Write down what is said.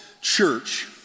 church